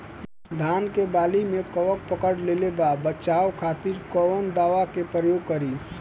धान के वाली में कवक पकड़ लेले बा बचाव खातिर कोवन दावा के प्रयोग करी?